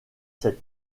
cet